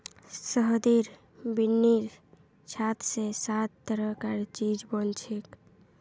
शहदेर बिन्नीर छात स सात तरह कार चीज बनछेक